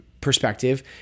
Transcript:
perspective